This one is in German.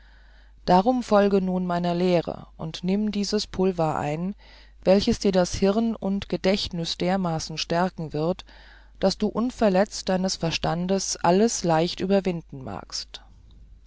darum folge nun meiner lehre und nimm dieses pulver ein welches dir das hirn und gedächtnüs dermaßen stärken wird daß du unverletzt deines verstandes alles leicht überwinden magst